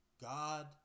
God